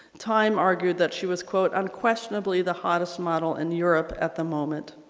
time argued that she was quote unquestionably the hottest model in europe at the moment.